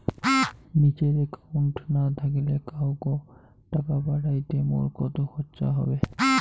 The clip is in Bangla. নিজের একাউন্ট না থাকিলে কাহকো টাকা পাঠাইতে মোর কতো খরচা হবে?